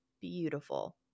beautiful